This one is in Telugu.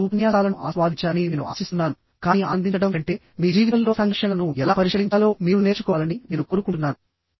మీరు ఈ ఉపన్యాసాలను ఆస్వాదించారని నేను ఆశిస్తున్నాను కానీ ఆనందించడం కంటే మీ జీవితంలో సంఘర్షణలను ఎలా పరిష్కరించాలో మీరు నేర్చుకోవాలని నేను కోరుకుంటున్నాను